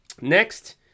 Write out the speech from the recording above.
Next